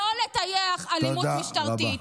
לא לטייח אלימות משטרתית.